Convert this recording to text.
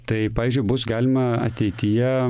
tai pavyzdžiui bus galima ateityje